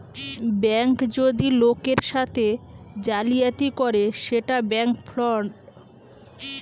bank যদি লোকের সাথে জালিয়াতি করে সেটা ব্যাঙ্ক ফ্রড